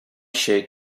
shake